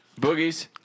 boogies